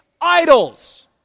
idols